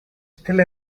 still